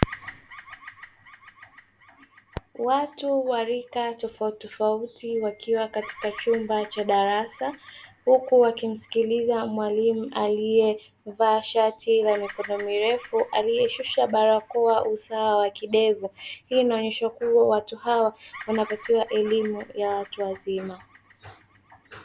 Watu wa rika tofautitofauti wakiwa katika chumba cha darasa, huku wakimsikiliza mwalimu aliyevaa shati la mikono mirefu aliyeshusha barakoa usawa wa kidevu; hii inaonyesha kuwa watu hawa wanapatiwa elimu ya watu wazima.